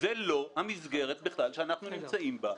זה לא המסגרת שאנחנו נמצאים בה.